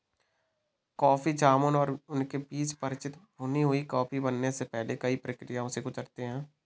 coffee जामुन और उनके बीज परिचित भुनी हुई कॉफी बनने से पहले कई प्रक्रियाओं से गुजरते हैं